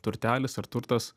turtelis ar turtas